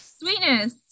Sweetness